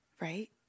right